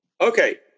Okay